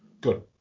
Good